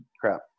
crap